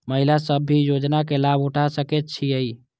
महिला सब भी योजना के लाभ उठा सके छिईय?